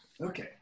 Okay